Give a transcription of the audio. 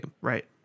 Right